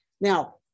Now